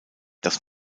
das